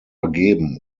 geben